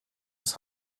des